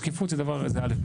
שקיפות זה א'-ב'.